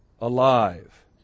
alive